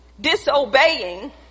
disobeying